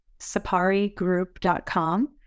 saparigroup.com